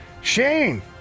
Shane